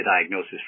diagnosis